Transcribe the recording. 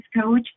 coach